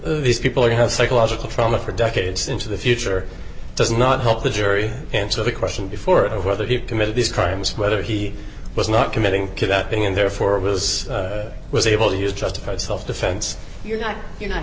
these people would have psychological trauma for decades into the future does not help the jury answer the question before of whether he committed these crimes whether he was not committing kidnapping and therefore was was able to use justified self defense you're not you